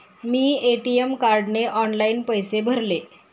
मी ATM कार्डने online पैसे भरले